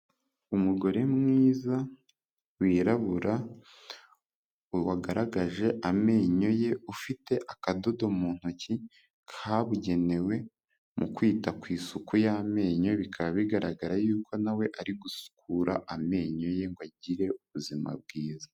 Umugore mwiza wirabura wagaragaje amenyo ye ufite akadodo mu ntoki kabugenewe mu kwita ku isuku y'amenyo, bikaba bigaragara yuko nawe ari gusukura amenyo ye ngo agire ubuzima bwiza.